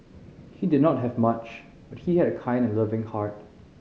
he did not have much but he had a kind and loving heart